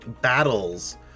battles